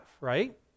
right